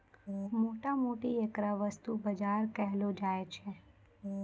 मोटा मोटी ऐकरा वस्तु बाजार कहलो जाय छै